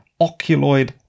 oculoid